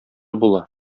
була